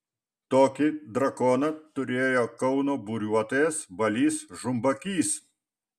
tokį drakoną turėjo kauno buriuotojas balys žumbakys